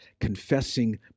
confessing